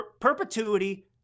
perpetuity